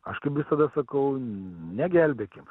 aš kaip visada sakau negelbėkim